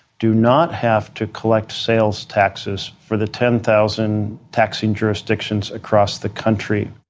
do not have to collect sales taxes for the ten thousand taxing jurisdictions across the country,